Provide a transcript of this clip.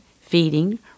feeding